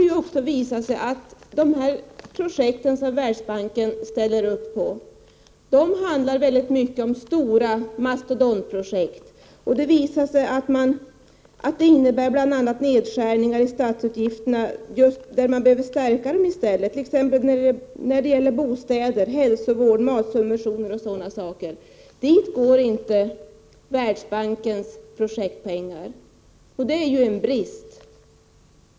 Det har ofta visat sig att de projekt som Världsbanken ställer upp på är stora mastodontprojekt som bl.a. innebär nedskärningar av statsutgifter som istället behöver stärkas. Det kan gälla bostäder, hälsovård, matsubventioner och sådant. Dit går inte Världsbankens projektpengar, och det tycker vi är en brist.